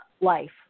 life